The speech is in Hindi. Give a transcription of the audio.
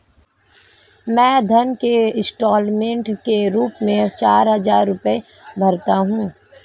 मैं ऋण के इन्स्टालमेंट के रूप में चार हजार रुपए भरता हूँ